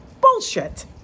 Bullshit